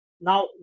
Now